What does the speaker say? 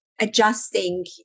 adjusting